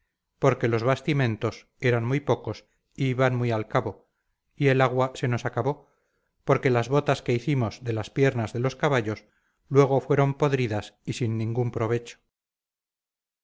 porque los bastimentos eran muy pocos y iban muy al cabo y el agua se nos acabó porque las botas que hicimos de las piernas de los caballos luego fueron podridas y sin ningún provecho